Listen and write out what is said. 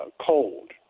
cold